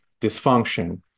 dysfunction